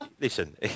listen